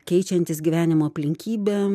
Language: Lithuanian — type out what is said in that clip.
keičiantis gyvenimo aplinkybėm